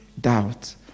Doubt